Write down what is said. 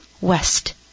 west